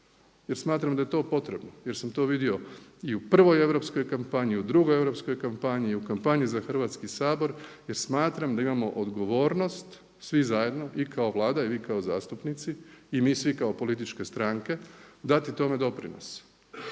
jer smatram da je to potrebno jer sam to vidio i u prvoj europskoj kampanji i u drugoj europskoj kampanji i u kampanji za Hrvatski sabor jer smatram da imamo odgovornost svi zajedno i kao Vlada i vi kao zastupnici i mi svi kao političke stranke, dati tome doprinos.